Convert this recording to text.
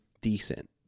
decent